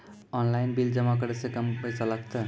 Online bill जमा करै से कम पैसा लागतै?